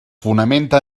fonamenta